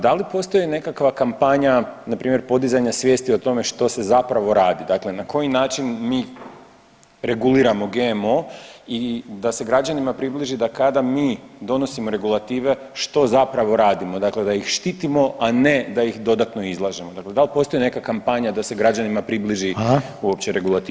Da li postoji nekakva kampanja npr. podizanja svijesti o tome što se zapravo radi, dakle na koji način mi reguliramo GMO i da se građanima približi da kada mi donosimo regulative što zapravo radimo, dakle da ih štitimo, a ne da ih dodatno izlažemo, dakle da li postoji neka kampanja da se građanima približi uopće regulativa?